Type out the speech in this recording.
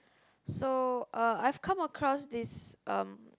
so uh I've come across this um